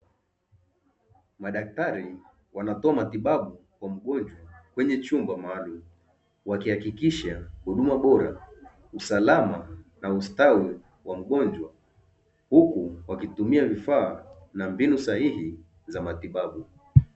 Madaktari wanatoa matibabu kwa mgonjwa kwenye chumba maalumu, wakihakikisha: huduma bora, usalama na ustawi wa mgonjwa. Huku wakitumia vifaa na mbinu sahihi za matibabu.